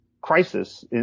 crisis